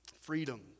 Freedom